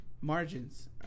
margins